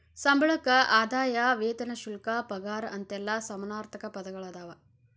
ಸಂಬಳಕ್ಕ ಆದಾಯ ವೇತನ ಶುಲ್ಕ ಪಗಾರ ಅಂತೆಲ್ಲಾ ಸಮಾನಾರ್ಥಕ ಪದಗಳದಾವ